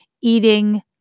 eating